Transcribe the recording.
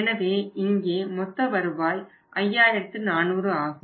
எனவே இங்கே மொத்த வருவாய் 5400 ஆகும்